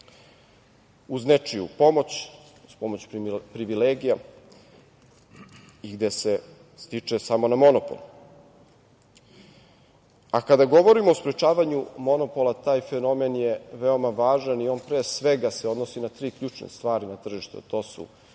uz nečiju pomoć, uz pomoć privilegija i gde se stiče samo na monopol. Kada govorimo o sprečavanju monopola, taj fenomen je veoma važan i on, pre svega, se odnosi na tri ključne stvari na tržištu, a to su